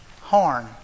horn